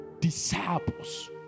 disciples